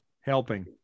helping